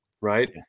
Right